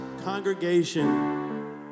congregation